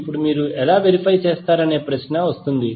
ఇప్పుడు మీరు ఎలా వెరిఫై చేస్తారనే ప్రశ్న వస్తుంది